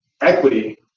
equity